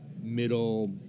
middle